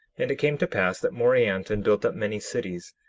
and it came to pass that morianton built up many cities,